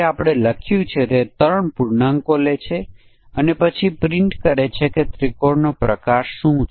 આપણે પ્રથમ વસ્તુ કરવાની જરૂર છે અને દૃશ્ય એ છે કે s2 એ s1 ની પેટા શબ્દમાળા છે કે નહીં તેથી તે પ્રદર્શિત કરશે કે તે પેટા શબ્દમાળા છે